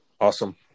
awesome